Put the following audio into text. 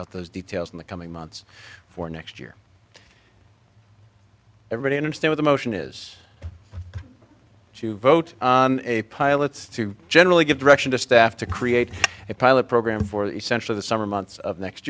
out those details in the coming months for next year everybody understands the motion is to vote a pilots to generally give direction to staff to create a pilot program for essentially the summer months of next